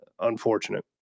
unfortunate